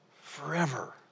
forever